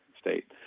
State